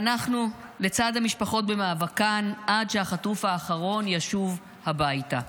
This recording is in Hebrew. אנחנו לצד המשפחות במאבקן עד שהחטוף האחרון ישוב הביתה.